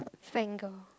finger